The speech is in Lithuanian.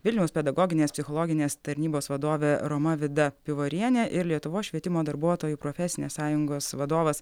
vilniaus pedagoginės psichologinės tarnybos vadovė roma vida pivorienė ir lietuvos švietimo darbuotojų profesinės sąjungos vadovas